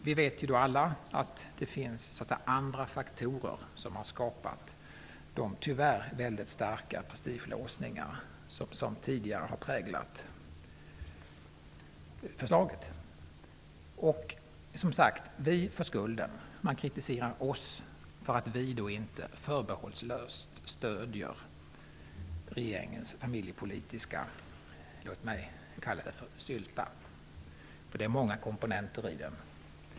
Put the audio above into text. Vi vet alla att det är andra faktorer som har skapat de tyvärr mycket starka prestigelåsningar som tidigare har präglat förslagen. Men, som sagt, vi får skulden. Man kritiserar oss för att vi inte förbehållslöst stödjer regeringens -- låt mig kalla det så -- familjepolitiska sylta. Det är nämligen många komponenter i denna.